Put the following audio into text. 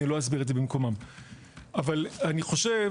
אני לא אסביר את זה במקומם אבל אני חושב